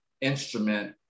instrument